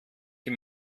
die